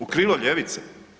U krilo ljevice?